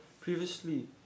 previously